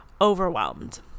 overwhelmed